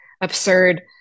absurd